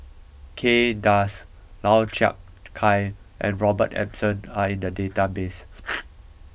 Kay Das Lau Chiap Khai and Robert Ibbetson are in the database